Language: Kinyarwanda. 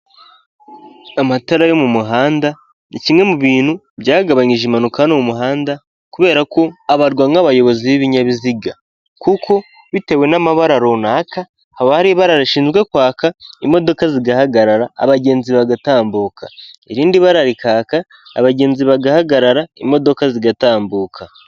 Amatara yo mu muhanda ni kimwe mu bintu byagabanyije impanuka hano mu muhanda kubera ko abarwa nk'abayobozi b'ibinyabiziga; kuko bitewe n'amabara runaka, haba hari ibara rishinzwe kwaka imodoka zigahagarara abagenzi bagatambuka; irindi bara rikaka abagenzi bagahagarara imodoka zigatambuka.